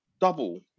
double